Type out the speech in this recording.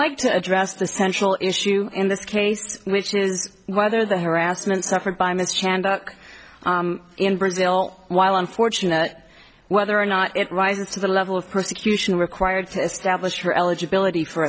like to address the central issue in this case which is whether the harassment suffered by mr shand in brazil while unfortunate whether or not it rises to the level of persecution required to establish her eligibility for